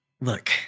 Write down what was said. look